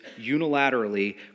unilaterally